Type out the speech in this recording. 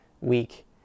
week